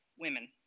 women